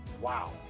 Wow